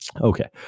Okay